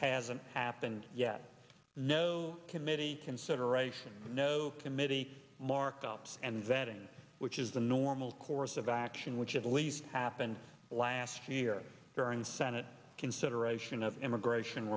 hasn't happened yet no committee consideration no committee markups and vetting which is the normal course of action which is at least happened last year during senate consideration of immigration